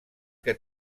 que